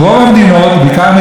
שהן באמת כמו מדינת ישראל,